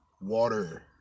Water